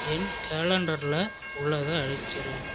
என் கேலண்டரில் உள்ளதை அழிச்சிடு